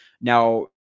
Now